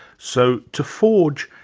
so to forge